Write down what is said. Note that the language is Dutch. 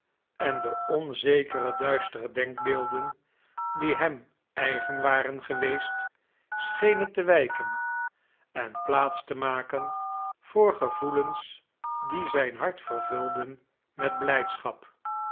en de onzekere duistere denkbeelden die hem eigen waren geweest schenen te wijken en plaats te maken voor gevoelens die zijn hart vervulden met blijdschap